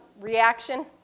reaction